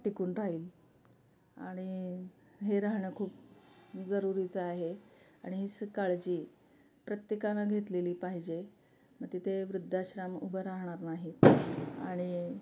टिकून राहील आणि हे राहणं खूप जरुरीचं आहे आणि ही स काळजी प्रत्येकानं घेतलेली पाहिजे मग तिथे वृद्धाश्रम उभं राहणार नाहीत आणि